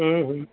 હમ હમ